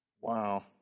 Wow